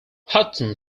hudson